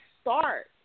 start